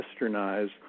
westernize